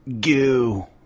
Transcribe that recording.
goo